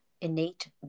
innate